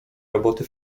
roboty